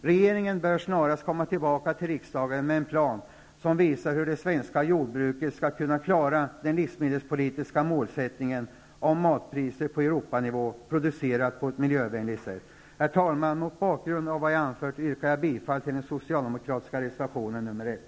Regeringen bör snarast komma tillbaka till riksdagen med en plan som visar hur det svenska jordbruket skall kunna klara den livsmedelspolitiska målsättningen om matpriser på Mot bakgrund av det anförda yrkar jag bifall till den socialdemokratiska reservationen 1.